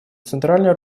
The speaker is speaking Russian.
центральной